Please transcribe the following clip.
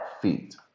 feet